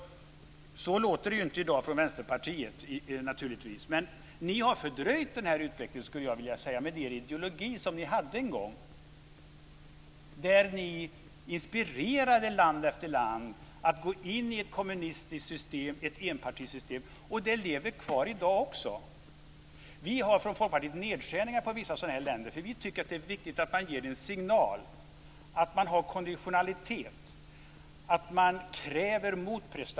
Det lever kvar i dag också.